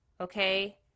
Okay